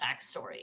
backstory